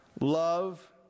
love